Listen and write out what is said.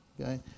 okay